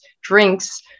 drinks